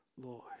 Lord